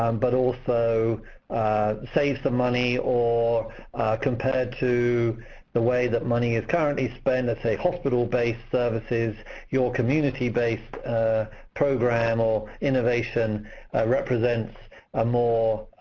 um but also save some money, or compared to the way that money is currently spent let's say, hospital-based services your community-based program or innovation represents a more